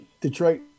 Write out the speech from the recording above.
Detroit